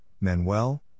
Manuel